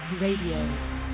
Radio